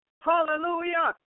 Hallelujah